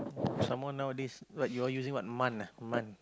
some more nowadays what y'all using what MAN ah MAN